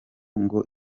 ngo